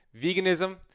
veganism